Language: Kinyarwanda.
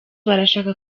barashaka